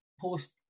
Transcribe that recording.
post